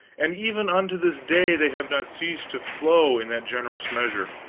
and even unto this day they have not ceased to flow in that generous measure.